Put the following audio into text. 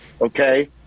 okay